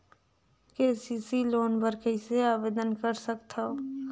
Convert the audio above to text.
KCC loan बर कइसे आवेदन कर सकथव?